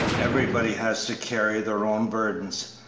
everybody has to carry their own burdens,